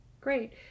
great